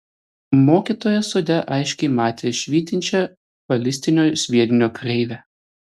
mokytojas sode aiškiai matė švytinčią balistinio sviedinio kreivę